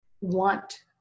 want